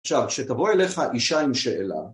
עכשיו כשתבוא אליך אישה עם שאלה